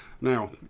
Now